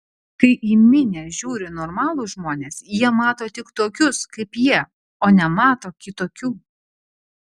kai į minią žiūri normalūs žmonės jie mato tik tokius kaip jie o nemato kitokių